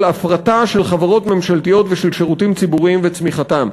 הפרטה של חברות ממשלתיות ושל שירותים ציבוריים וצמיחתם.